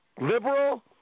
liberal